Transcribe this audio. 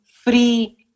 free